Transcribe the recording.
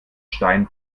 stein